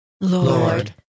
Lord